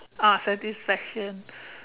oh satisfaction